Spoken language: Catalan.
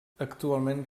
actualment